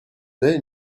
they